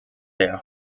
der